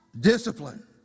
discipline